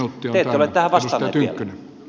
te ette ole tähän vastanneet vielä